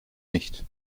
nicht